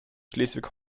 schleswig